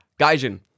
gaijin